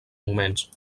moments